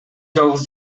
жалгыз